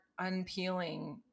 unpeeling